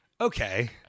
Okay